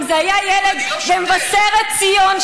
אם זה היה ילד ממבשרת ציון,